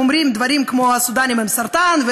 אומרים דברים כמו: הסודאנים הם סרטן.